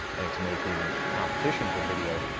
and it's making competition for video.